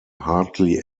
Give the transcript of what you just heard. hardly